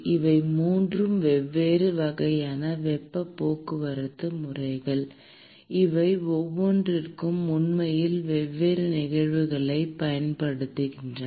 இவை 3 வெவ்வேறு வகையான வெப்பப் போக்குவரத்து முறைகள் இவை ஒவ்வொன்றும் உண்மையில் வெவ்வேறு நிகழ்வுகளைப் பயன்படுத்தி நிகழ்கின்றன